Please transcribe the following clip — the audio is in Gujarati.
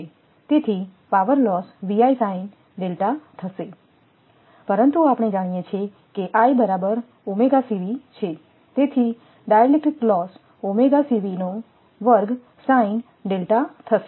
તેથી પાવર લોસ 𝑉𝐼sin𝛿 થશે પરંતુ આપણે જાણીએ છીએ કે I બરાબર 𝜔𝐶𝑉 છેતેથી ડાઇલેક્ટ્રિક લોસ 𝜔𝐶𝑉2sin𝛿 થશે